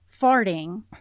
farting